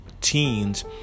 teens